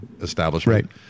establishment